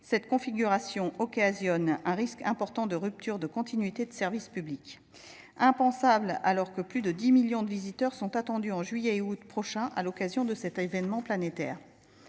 cette configuration représente un risque important de rupture de la continuité du service public. C’est impensable alors que plus de 10 millions de visiteurs sont attendus en juillet et août prochains à l’occasion de cet événement planétaire